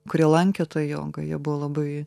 kurie lankė tą jogą jie buvo labai